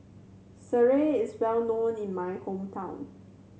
sireh is well known in my hometown